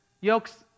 Yokes